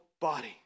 body